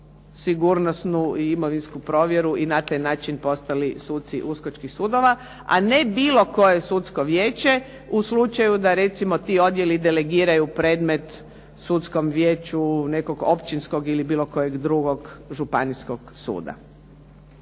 sigurnosnu i imovinsku provjeru i na taj način postali suci uskočkih sudova, a ne bilo koje sudsko vijeće, u slučaju da recimo ti odjeli delegiraju predmet sudskom vijeću nekog općinskog ili bilo kojeg drugog županijskog suda.